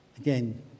Again